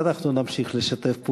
אבל אנחנו נמשיך לשתף פעולה,